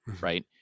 right